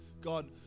God